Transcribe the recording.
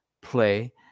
play